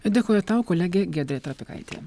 dėkoju tau kolegė giedrė trapikaitė